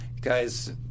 guys